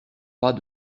pas